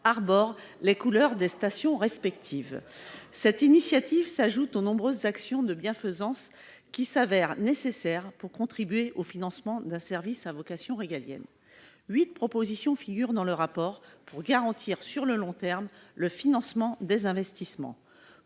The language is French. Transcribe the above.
arborent les couleurs des stations de sauvetage. Cette initiative s'ajoute aux nombreuses actions de bienfaisance qui s'avèrent nécessaires pour contribuer au financement d'un service à vocation régalienne. Huit propositions figurent dans le rapport pour garantir sur le long terme le financement des investissements.